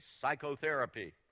psychotherapy